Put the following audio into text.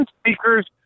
speakers